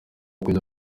kujya